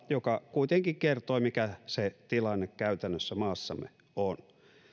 joka kuitenkin kertoi mikä se tilanne käytännössä maassamme on